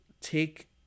take